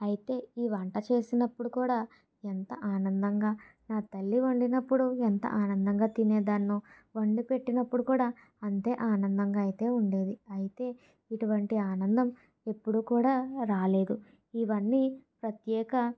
అయితే ఈ వంట చేసినప్పుడు కూడా ఎంత ఆనందంగా నా తల్లి వండినప్పుడు ఎంత ఆనందంగా తినే దాన్నో వండి పెట్టినప్పుడు కూడా అంతే ఆనందంగా అయితే ఉండేది అయితే ఇటువంటి ఆనందం ఎప్పుడూ కూడా రాలేదు ఇవన్నీ ప్రత్యేక